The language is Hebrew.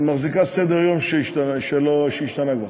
את מחזיקה סדר-יום שהשתנה כבר.